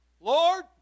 Lord